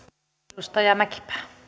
arvoisa